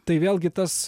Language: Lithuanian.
tai vėlgi tas